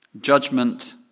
judgment